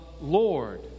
Lord